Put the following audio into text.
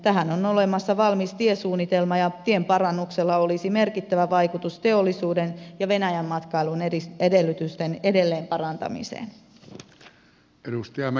tähän on olemassa valmis tiesuunnitelma ja tien parannuksella olisi merkittävä vaikutus teollisuuden ja venäjän matkailun edellytysten edelleen parantamiseen